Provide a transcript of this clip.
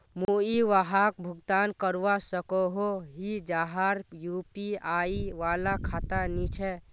मुई वहाक भुगतान करवा सकोहो ही जहार यु.पी.आई वाला खाता नी छे?